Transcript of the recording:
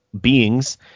beings